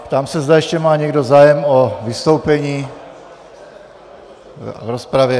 Ptám se, zda ještě má někdo zájem o vystoupení v rozpravě.